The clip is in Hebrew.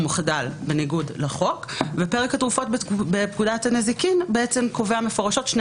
מחדל בניגוד לחוק ופרק התרופות בפקודת הנזיקין קובע מפורשות שני